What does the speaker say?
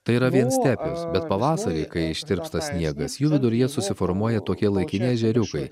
tai yra vien stepės bet pavasarį kai ištirpsta sniegas jų viduryje susiformuoja tokie laikini ežeriukai